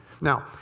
Now